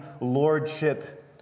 lordship